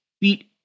beat